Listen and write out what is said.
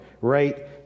right